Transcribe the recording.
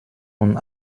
und